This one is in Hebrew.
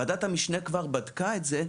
ועדה המשנה כבר בדקה את זה,